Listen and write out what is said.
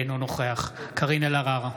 אינו נוכח קארין אלהרר,